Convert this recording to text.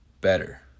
better